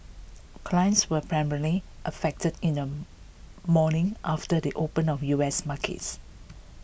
clients were primarily affected in the morning after the the open of U S markets